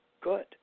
good